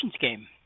game